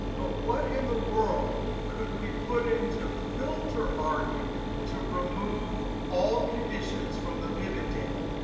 but what in the world could we put into filter argument to remove all conditions from the pivot table?